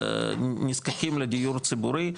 נזקקים לדיור ציבורי,